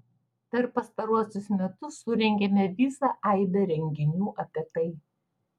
per pastaruosius metus surengėme visą aibę renginių apie tai